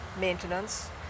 maintenance